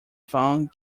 found